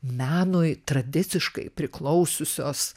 menui tradiciškai priklausiusios